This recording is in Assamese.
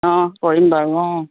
অঁ কৰিম বাৰু অঁ